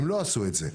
הם לא עשו את זה.